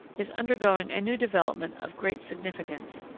is undergoing a new development of great significance,